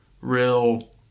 real